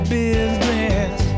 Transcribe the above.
business